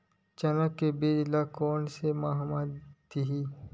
चना के बीज ल कोन से माह म दीही?